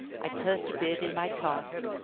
i persevered in my task,